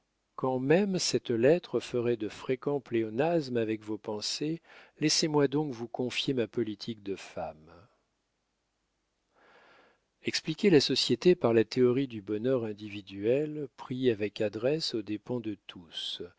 quand même cette lettre ferait de fréquents pléonasmes avec vos pensées laissez-moi donc vous confier ma politique de femme expliquer la société par la théorie du bonheur individuel pris avec adresse aux dépens de tous